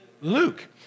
Luke